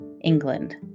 England